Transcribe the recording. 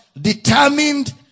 determined